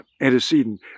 Antecedent